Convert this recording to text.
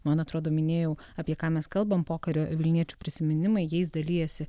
man atrodo minėjau apie ką mes kalbam pokario vilniečių prisiminimai jais dalijasi